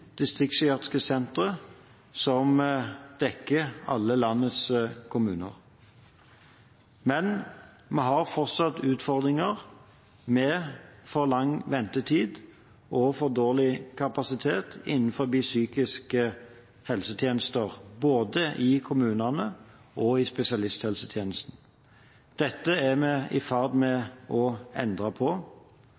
distriktspsykiatriske sentre som dekker alle landets kommuner. Men vi har fortsatt utfordringer med for lang ventetid og for dårlig kapasitet innen psykiske helsetjenester både i kommunene og i spesialisthelsetjenesten. Dette er vi i ferd med